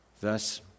Thus